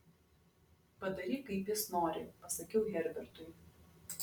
padaryk kaip jis nori pasakiau herbertui